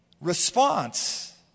response